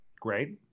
great